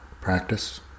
practice